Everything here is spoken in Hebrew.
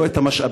לא את המשאבים,